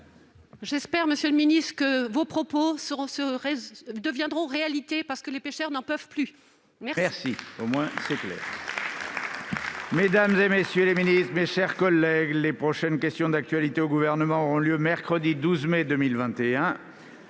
J'espère, monsieur le ministre, que vos annonces deviendront réalité, parce que les pêcheurs n'en peuvent plus !